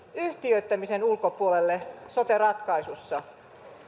yhtiöittämisen ulkopuolelle sote ratkaisussa